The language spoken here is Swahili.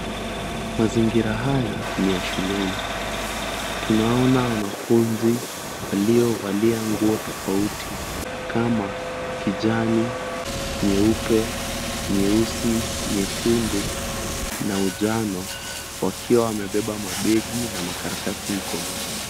Mazingira haya ni ya shuleni tunaona wanafunzi waliovalia nguo tofauti kama kijani, nyeupe, nyeusi, nyekundu na unjano wakiwa wamebeba mabegi na makaratasi mkononi.